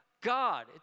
God